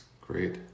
Great